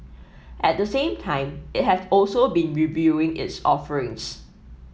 at the same time it has also been reviewing its offerings